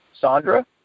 Sandra